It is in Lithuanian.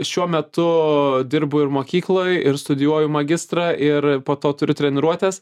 šiuo metu dirbu ir mokykloj ir studijuoju magistrą ir po to turiu treniruotes